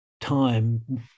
time